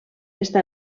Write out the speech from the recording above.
està